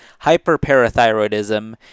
hyperparathyroidism